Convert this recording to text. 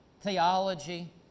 theology